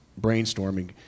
brainstorming